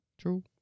True